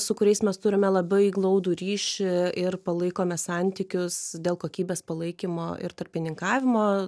su kuriais mes turime labai glaudų ryšį ir palaikome santykius dėl kokybės palaikymo ir tarpininkavimo